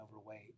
overweight